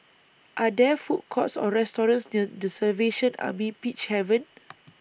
Are There Food Courts Or restaurants near The Salvation Army Peacehaven